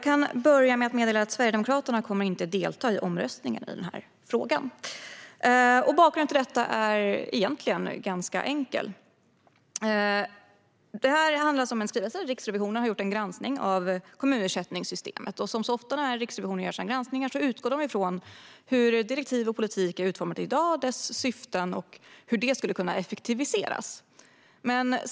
Herr talman! Sverigedemokraterna kommer inte att delta i omröstningen i den här frågan. Bakgrunden till det är egentligen ganska enkel. Det här handlar om en skrivelse. Riksrevisionen har gjort en granskning av kommunersättningssystemet. Som så ofta när Riksrevisionen gör sina granskningar utgår man från hur direktiv och politik är utformade i dag, från syftena och från hur det skulle kunna effektiviseras.